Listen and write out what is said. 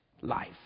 Life